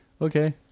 Okay